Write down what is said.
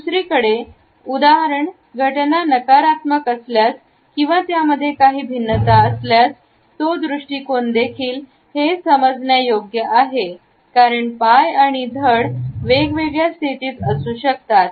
दुसरीकडे उदाहरण घटना नकारात्मक असल्यास किंवा त्यामध्ये काही भिन्नता असल्यास तो दृष्टिकोन देखील हे समजण्यायोग्य आहे कारण पाय आणि धड वेगवेगळ्या स्थितीत असू शकतात